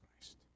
Christ